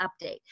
update